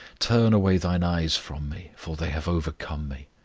turn away thine eyes from me, for they have overcome me.